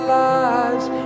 lives